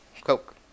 Coke